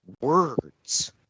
words